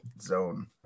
zone